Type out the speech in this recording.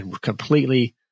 completely